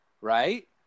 right